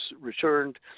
returned